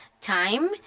time